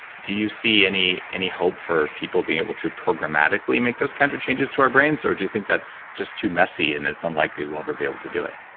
do you see any any hope for people being able to programmatically make those kind of changes to our brains or do you think that's just too messy, and it's unlikely we'll ever be able to do it?